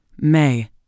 May